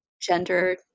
gender